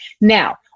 Now